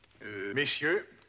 Messieurs